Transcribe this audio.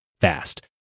fast